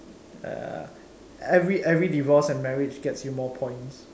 uh every every divorce and marriage get you more points